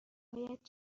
هایت